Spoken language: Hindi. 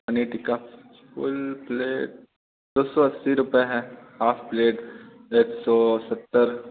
पनीर टिक्का फुल प्लेट दो सौ अस्सी रुपये है हाफ़ प्लेट एक सौ सत्तर